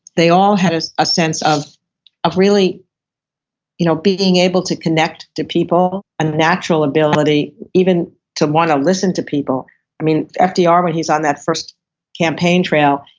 they all had ah a sense of of really you know being able to connect to people, and a natural ability even to want to listen to people i mean ah fdr when he's on that first campaign trail,